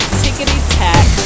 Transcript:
tickety-tack